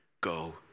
Go